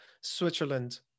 Switzerland